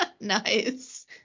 nice